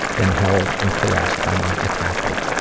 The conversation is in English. then held and caressed by my attacker.